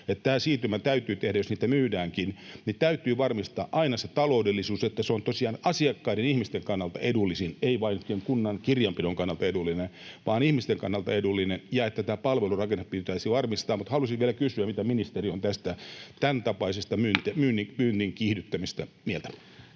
tämä siirtymä täytyy tehdä. Jos niitä myydäänkin, niin täytyy varmistaa aina se taloudellisuus, että se on tosiaan asiakkaiden, ihmisten kannalta edullisin — ei vain yhtiön, kunnan kirjanpidon kannalta edullinen, vaan ihmisten kannalta edullinen — ja tämä palvelurakenne pitäisi varmistaa. Haluaisin vielä kysyä: mitä ministeri on tästä tämäntapaisesta myynnin kiihdyttämisestä mieltä?